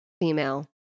female